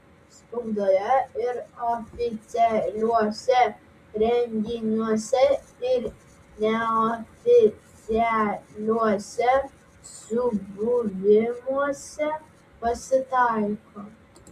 spaudoje ir oficialiuose renginiuose ir neoficialiuose subuvimuose pasitaiko